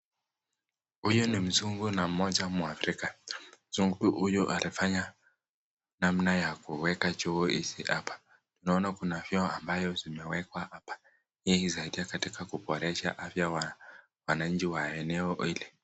Huyu ni mzungu na moja mwaafrika. Mzungu huyu alifanya namna ya kuweka choo hizi hapa. Tunaona kuna vyoo ambazo zimewekwa hapa. Ni zaidie katika kuboresha afya ya wananchi wa eneo hili.